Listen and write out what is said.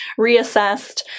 reassessed